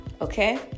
Okay